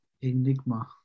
enigma